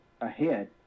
ahead